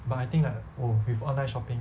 but I think like 我 prefer online shopping